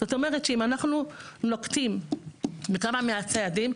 אם אנחנו נוקטים בכמה מהצעדים,